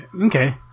Okay